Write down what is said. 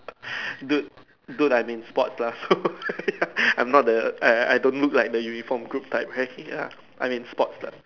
dude dude I'm in sport lah so I'm not the I I don't look like the uniform group type right ya I'm in sports lah